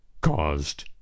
caused